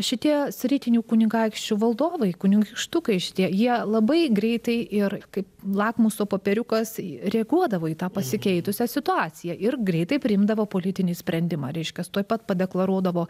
šitie sritinių kunigaikščių valdovai kunigaikštukai šitie jie labai greitai ir kaip lakmuso popieriukas reaguodavo į tą pasikeitusią situaciją ir greitai priimdavo politinį sprendimą reiškias tuoj pat padeklamuodavo